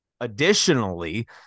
additionally